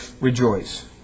rejoice